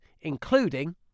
including